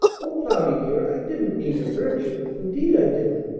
o cloudy, dear, i didn't mean to hurt you indeed i didn't!